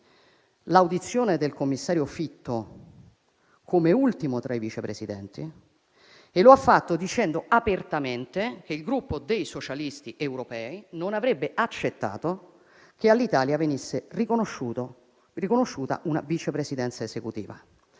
l'audizione del commissario Fitto come ultimo tra i vice presidenti, dicendo apertamente che il Gruppo dei socialisti europei non avrebbe accettato che all'Italia venisse riconosciuta una vice presidenza esecutiva.